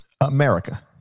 America